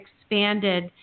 expanded